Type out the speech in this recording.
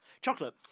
chocolate